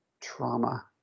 trauma